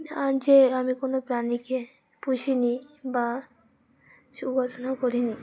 যে আমি কোনো প্রাণীকে পুষিনি বা করিনি